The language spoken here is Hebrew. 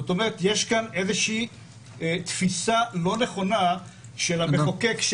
יש כאן איזושהי תפיסה לא נכונה של המחוקק,